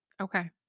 okay